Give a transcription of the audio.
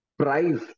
price